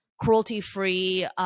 cruelty-free